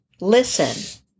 listen